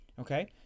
Okay